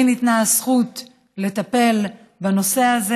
ניתנה לי הזכות לטפל בנושא הזה.